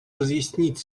разъяснить